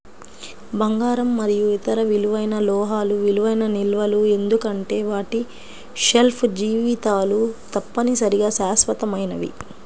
బంగారం మరియు ఇతర విలువైన లోహాలు విలువైన నిల్వలు ఎందుకంటే వాటి షెల్ఫ్ జీవితాలు తప్పనిసరిగా శాశ్వతమైనవి